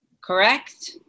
Correct